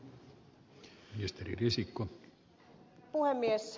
arvoisa herra puhemies